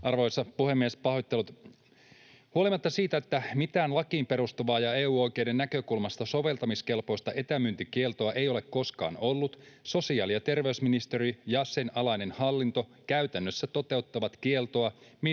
Arvoisa puhemies, pahoittelut! — Huolimatta siitä, että mitään lakiin perustuvaa ja EU-oikeuden näkökulmasta soveltamiskelpoista etämyyntikieltoa ei ole koskaan ollut, sosiaali- ja terveysministeriö ja sen alainen hallinto käytännössä toteuttavat kieltoa,